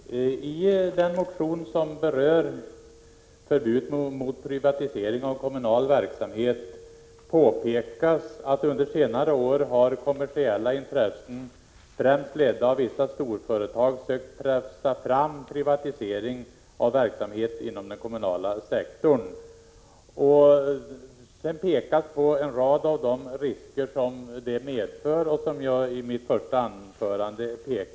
Fru talman! I den motion som berör förbud mot privatisering av kommunal verksamhet påpekas att under senare år ”har kommersiella intressen, främst ledda av vissa storföretag, sökt pressa fram privatisering av verksamheter inom den kommunala sektorn”. Sedan nämns en rad av de risker som uppstår och som även jag tog upp i mitt första anförande.